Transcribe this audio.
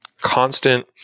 constant